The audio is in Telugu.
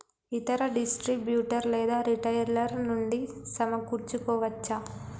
ఇతర డిస్ట్రిబ్యూటర్ లేదా రిటైలర్ నుండి సమకూర్చుకోవచ్చా?